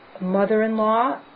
mother-in-law